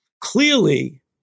Clearly